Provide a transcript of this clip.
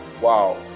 Wow